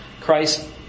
Christ